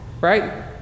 right